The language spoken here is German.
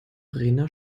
verena